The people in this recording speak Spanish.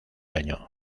año